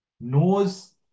knows